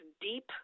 deep